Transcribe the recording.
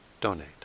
donate